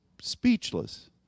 speechless